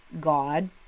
god